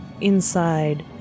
Inside